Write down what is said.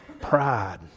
pride